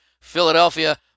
Philadelphia